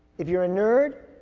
if you're a nerd,